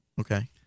Okay